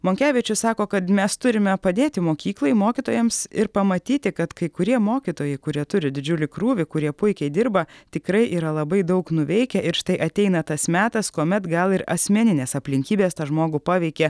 monkevičius sako kad mes turime padėti mokyklai mokytojams ir pamatyti kad kai kurie mokytojai kurie turi didžiulį krūvį kurie puikiai dirba tikrai yra labai daug nuveikę ir štai ateina tas metas kuomet gal ir asmeninės aplinkybės tą žmogų paveikė